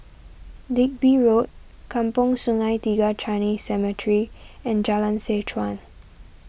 Digby Road Kampong Sungai Tiga Chinese Cemetery and Jalan Seh Chuan